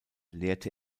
lehrte